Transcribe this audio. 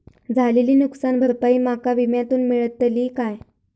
झालेली नुकसान भरपाई माका विम्यातून मेळतली काय?